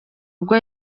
bwo